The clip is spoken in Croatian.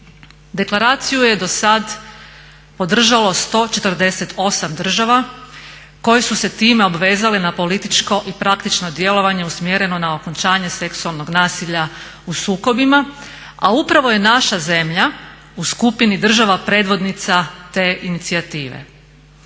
Deklaraciju je do sad podržalo 148 država koje su se time obvezale na političko i praktično djelovanje usmjereno na okončanje seksualnog nasilja u sukobima, a upravo je naša zemlja u skupini država predvodnica te inicijative.